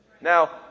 Now